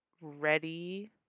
ready